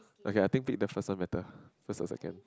okay I think pick the first one better first or second